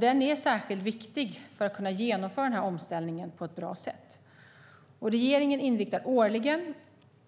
Den är särskilt viktig för att kunna genomföra den här omställningen på ett bra sätt. Regeringen inriktar årligen